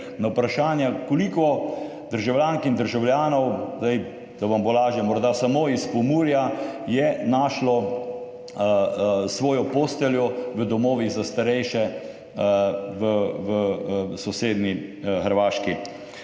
na vprašanja, koliko državljank in državljanov, da vam bo lažje, morda samo iz Pomurja, je našlo svojo posteljo v domovih za starejše v sosednji Hrvaški.